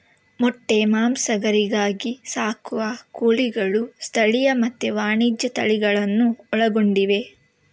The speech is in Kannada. ಮೊಟ್ಟೆ, ಮಾಂಸ, ಗರಿಗಾಗಿ ಸಾಕುವ ಕೋಳಿಗಳು ಸ್ಥಳೀಯ ಮತ್ತೆ ವಾಣಿಜ್ಯ ತಳಿಗಳನ್ನೂ ಒಳಗೊಂಡಿವೆ